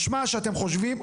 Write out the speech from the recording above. משמע שאתם חושבים,